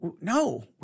no